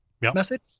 message